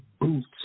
boots